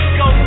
go